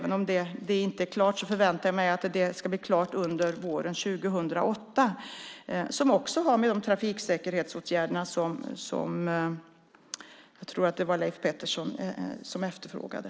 Det är inte klart, men jag förväntar mig att det ska bli klart under våren 2008. Där finns också trafiksäkerhetsåtgärderna med, som jag tror att det var Leif Pettersson som efterfrågade.